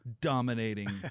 dominating